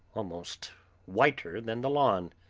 almost whiter than the lawn.